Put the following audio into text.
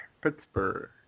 Pittsburgh